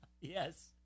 Yes